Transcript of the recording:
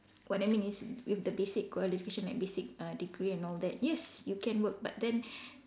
what I mean is with the basic qualification like basic uh degree and all that yes you can work but then